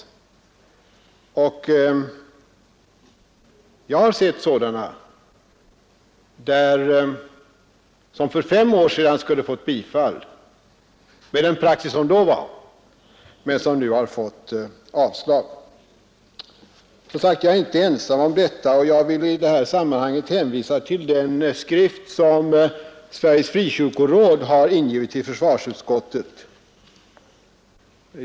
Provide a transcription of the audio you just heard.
Jag har sett sådana ansökningar som för fem år sedan skulle ha bifallits, med den praxis som då var, men som nu har avslagits. Som sagt: Jag är inte ensam om detta, och jag vill i sammanhanget hänvisa till den skrift som Sveriges frikyrkoråd har ingivit till försvarsutskottet.